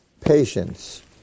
patience